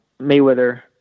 Mayweather